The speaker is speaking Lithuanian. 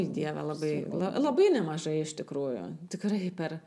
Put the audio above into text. dieve labai labai nemažai iš tikrųjų tikrai per